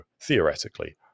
theoretically